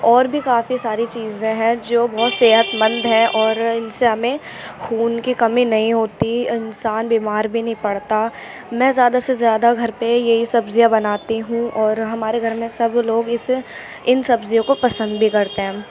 اور بھی کافی ساری چیزیں ہیں جو بہت صحت مند ہیں اور ان سے ہمیں خون کی کمی نہیں ہوتی انسان بیمار بھی نہیں پڑتا میں زیادہ سے زیادہ گھر پہ یہی سبزیاں بناتی ہوں اور ہمارے گھر میں سب لوگ اس ان سبزیوں کو پسند بھی کرتے ہیں